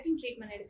treatment